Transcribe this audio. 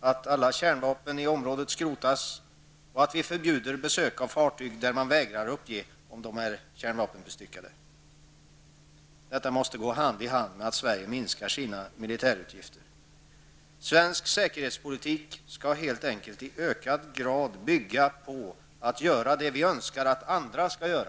för att alla kärnvapen i området skrotas och för att vi får ett förbud mot besök av fartyg om man vägrar att uppge om fartyget i fråga är kärnvapenbestyckat. Detta måste så att säga gå hand i hand med att Sverige minskar sina militärutgifter. Svensk säkerhetspolitik skall helt enkelt i större grad bygga på att vi gör det som vi önskar att andra skall göra.